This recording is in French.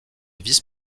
vice